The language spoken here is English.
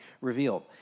revealed